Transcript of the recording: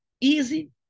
easy